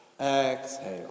exhale